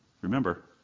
Remember